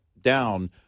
down